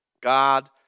God